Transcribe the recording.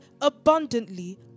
abundantly